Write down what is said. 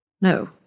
No